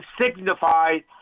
signified